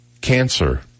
Cancer